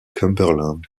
cumberland